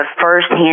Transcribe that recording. firsthand